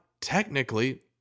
technically